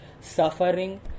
suffering